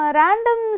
random